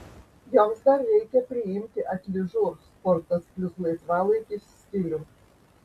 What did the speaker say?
joms dar reikia priimti atližur sportas plius laisvalaikis stilių